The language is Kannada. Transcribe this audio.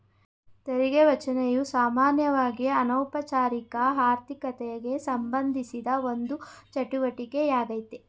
ತೆರಿಗೆ ವಂಚನೆಯು ಸಾಮಾನ್ಯವಾಗಿಅನೌಪಚಾರಿಕ ಆರ್ಥಿಕತೆಗೆಸಂಬಂಧಿಸಿದ ಒಂದು ಚಟುವಟಿಕೆ ಯಾಗ್ಯತೆ